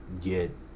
get